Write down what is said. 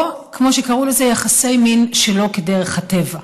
או כמו שקראו לזה, יחסי מין שלא כדרך הטבע.